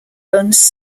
owns